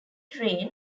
train